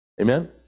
Amen